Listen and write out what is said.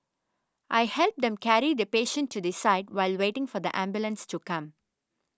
I helped them carry the patient to the side while waiting for the ambulance to come